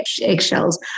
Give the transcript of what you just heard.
eggshells